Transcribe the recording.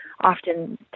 Often